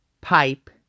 Pipe